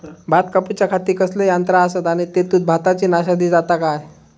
भात कापूच्या खाती कसले यांत्रा आसत आणि तेतुत भाताची नाशादी जाता काय?